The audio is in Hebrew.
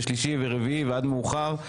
שלישי ורביעי ועד מאוחר,